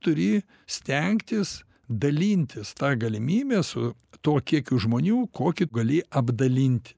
turi stengtis dalintis ta galimybe su tou kiekiu žmonių kokį gali apdalint